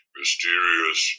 mysterious